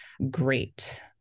great